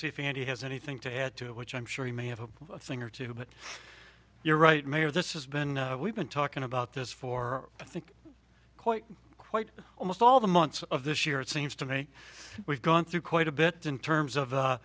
if he has anything to add to it which i'm sure he may have a thing or two but you're right mayor this is been we've been talking about this for i think quite quite almost all the months of this year it seems to me we've gone through quite a bit in terms